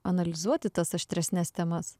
analizuoti tas aštresnes temas